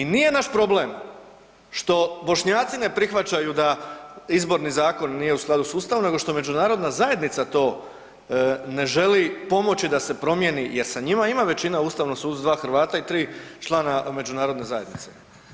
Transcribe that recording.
I nije naš problem što Bošnjaci ne prihvaćaju da Izborni zakon nije u skladu sa Ustavom, nego što međunarodna zajednica to ne želi pomoći da se promijeni jer sa njima ima većina u Ustavnom sudu dva Hrvata i tri člana međunarodne zajednice.